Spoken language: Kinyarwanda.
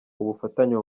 ubufatanye